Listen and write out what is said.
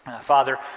Father